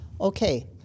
Okay